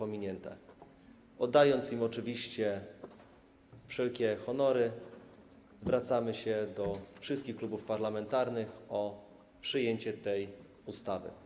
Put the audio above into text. Oddając im oczywiście wszelkie honory, zwracamy się do wszystkich klubów parlamentarnych o uchwalenie tej ustawy.